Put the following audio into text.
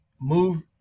move